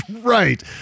right